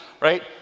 right